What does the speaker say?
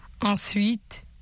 Ensuite